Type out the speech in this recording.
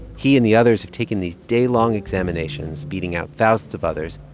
he and the others have taken these day-long examinations, beating out thousands of others,